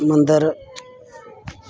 मंदर